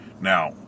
Now